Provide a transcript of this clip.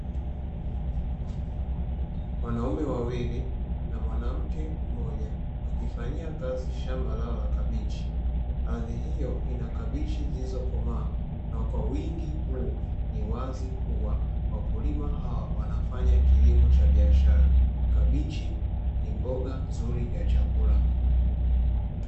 Wanaume wawili na mwanamke mmoja wakifanyia kazi shamba lao la kabichi, ardhi hiyo ina kabichi zilizo komaa na kwa wingi huo ni wazi kuwa wakulima hawa wanafanya kilimo cha biashara. Kabichi ni mboga nzuri ya chakula.